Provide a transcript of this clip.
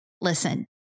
Listen